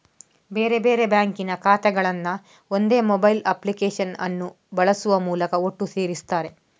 ಬೇರೆ ಬೇರೆ ಬ್ಯಾಂಕಿನ ಖಾತೆಗಳನ್ನ ಒಂದೇ ಮೊಬೈಲ್ ಅಪ್ಲಿಕೇಶನ್ ಅನ್ನು ಬಳಸುವ ಮೂಲಕ ಒಟ್ಟು ಸೇರಿಸ್ತಾರೆ